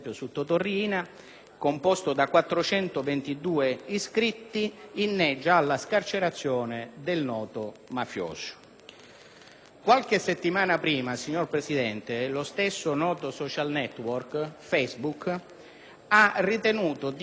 composto da 422 iscritti, inneggia alla scarcerazione del noto mafioso. Qualche settimana prima, signor Presidente, lo stesso noto *social network* Facebook aveva ritenuto di non pubblicare